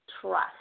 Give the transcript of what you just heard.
trust